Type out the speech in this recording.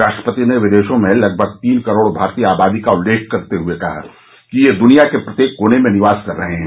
राष्ट्रपति ने विदेशों में लगभग तीन करोड़ भारतीय आबादी का उल्लेख करते हुए कहा कि ये दुनिया के प्रत्येक कोने में निवास कर रहे हैं